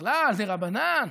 בכלל, דרבנן.